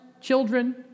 children